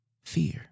Fear